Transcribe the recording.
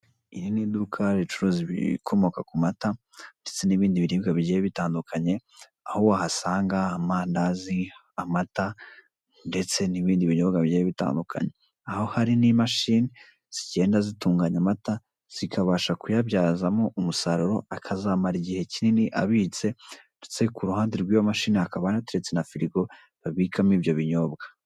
Iri ni iduka ricuruza ibikomoka ku mata ndetse n'ibindi biribwa bigiye bigiye bitandukanye aho wahasanga amandazi, amata ndetse n'ibindi binyobwa bigenda bitandukanye aho hari n'imashini zigenda zitunganya amata zikabasha kuyabyaza umusarur akazamara igihe kinini abitse ndetse ku ruhande rw'iyo mashini firigo babikama ibyo binyobwa.